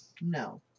No